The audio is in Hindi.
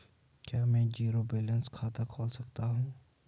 क्या मैं ज़ीरो बैलेंस खाता खोल सकता हूँ?